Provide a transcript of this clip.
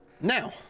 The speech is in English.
Now